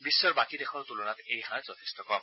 বিশ্বৰ বাকী দেশৰ তুলনাত এই হাৰ যথেষ্ট কম